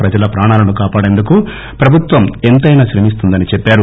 ప్రజల ప్రాణాలను కాపాడేందుకు ప్రభుత్వం ఎంతైనా శ్రమిస్తుందని చెప్పారు